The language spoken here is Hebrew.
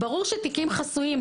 ברור שתיקים חסויים,